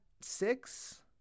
six